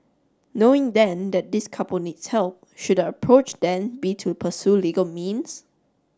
knowing then that this couple needs help should the approach then be to pursue legal means